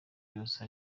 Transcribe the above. yose